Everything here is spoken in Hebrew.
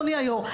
אדוני היו"ר.